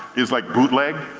is like bootlegged,